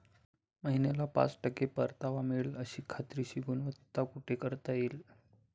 महिन्याला पाच टक्के परतावा मिळेल अशी खात्रीशीर गुंतवणूक कुठे करता येईल?